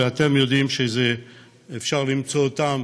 ואתם יודעים שאפשר למצוא אותם